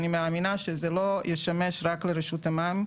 ואני מאמינה שזה לא ישמש רק לרשות המים,